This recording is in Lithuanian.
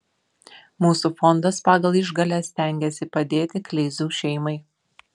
mūsų fondas pagal išgales stengiasi padėti kleizų šeimai